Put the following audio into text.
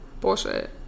bullshit